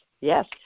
yes